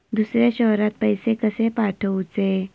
दुसऱ्या शहरात पैसे कसे पाठवूचे?